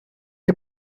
hay